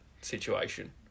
situation